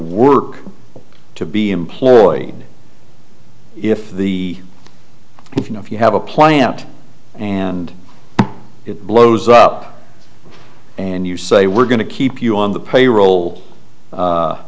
work to be employed if the if you know if you have a plant and it blows up and you say we're going to keep you on the payroll